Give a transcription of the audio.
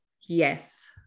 yes